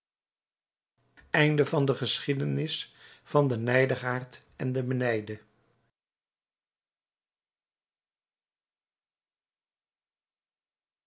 de geschiedenis van den nijdigaard en den benijde